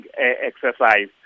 exercise